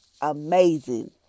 amazing